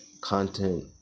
content